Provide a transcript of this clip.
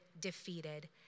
defeated